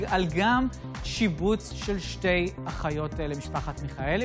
שלאף אחד פה אין ספק שככל שיותר רכבים